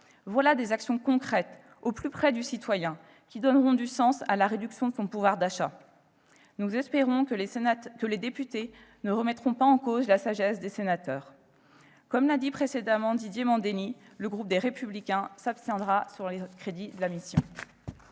voilà des actions concrètes, au plus près du citoyen, qui donneront du sens à la réduction de son pouvoir d'achat. Nous espérons que les députés ne remettront pas en cause la sagesse des sénateurs. Comme l'a dit précédemment Didier Mandelli, le groupe Les Républicains s'abstiendra sur les crédits de la mission.